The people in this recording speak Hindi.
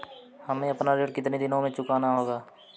हमें अपना ऋण कितनी दिनों में चुकाना होगा?